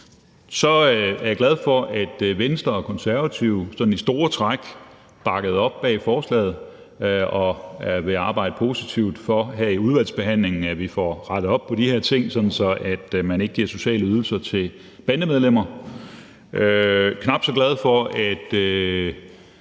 Så er jeg glad for, at Venstre og Konservative sådan i store træk bakkede op bag forslaget og vil arbejde positivt for, at vi i udvalgsbehandlingen får rettet op på de her ting, sådan at man ikke giver sociale ydelser til bandemedlemmer. Jeg er knap så glad for, at